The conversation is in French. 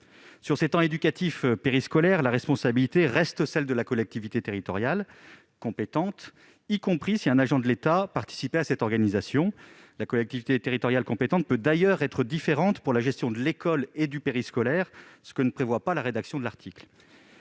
Sur ces temps éducatifs périscolaires, la responsabilité reste celle de la collectivité territoriale compétente, y compris si un agent de l'État participait à cette organisation. La collectivité territoriale compétente peut d'ailleurs être différente pour la gestion de l'école et du périscolaire, ce que ne prévoit pas l'article.